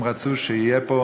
הם רצו שתהיה פה